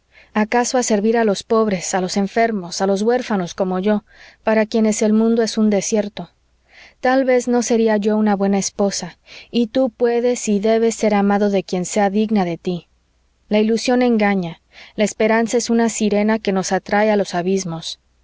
acaso a servir a los pobres a los enfermos a los huérfanos como yo para quienes el mundo es un desierto tal vez no sería yo una buena esposa y tú puedes y debes ser amado de quien sea digna de tí la ilusión engaña la esperanza es una sirena que nos atrae a los abismos